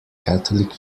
catholic